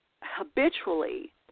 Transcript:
habitually